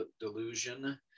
delusion